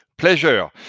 Pleasure